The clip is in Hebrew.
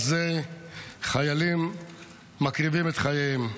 על זה חיילים מקריבים את חייהם.